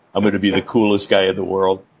i'm gonna be the coolest guy in the world.